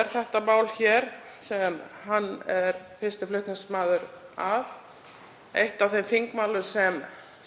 er þetta mál, sem hann er 1. flutningsmaður að, eitt af þeim þingmálum sem